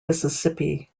mississippi